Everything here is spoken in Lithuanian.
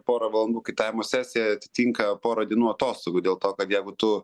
porą valandų kaitavimo sesija atitinka pora dienų atostogų dėl to kad jeigu tu